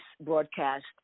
broadcast